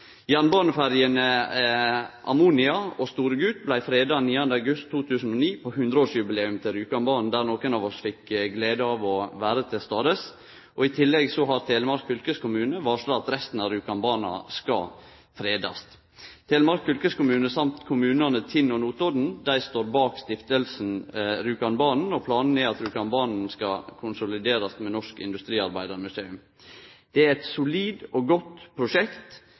og «Storegut» blei freda 9. august 2009, på 100-årsjubileumet til Rjukanbanen, der nokre av oss fikk gleda av å vere til stades. Og i tillegg har Telemark fylkeskommune varsla at resten av Rjukanbanen skal fredast. Telemark fylkeskommune og kommunane Tinn og Notodden står bak Stiftelsen Rjukanbanen, og planen er at Rjukanbanen skal konsoliderast med Norsk Industriarbeidermuseum. Det er eit solid og godt prosjekt